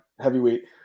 heavyweight